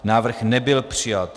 Návrh nebyl přijat.